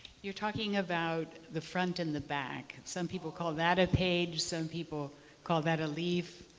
you're talking about the front and the back. some people call that a page. some people call that a leaf.